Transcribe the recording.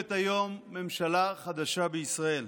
מוקמת היום ממשלה חדשה בישראל.